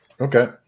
Okay